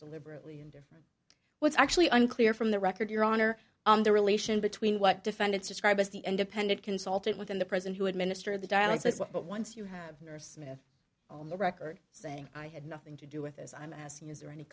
deliberately indifferent what's actually unclear from the record your honor on the relation between what defendants describe as the independent consultant within the prison who administer the dialysis but once you have nurse on the record saying i had nothing to do with as i'm asking is there any